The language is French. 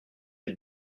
des